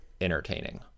entertaining